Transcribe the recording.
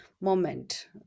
moment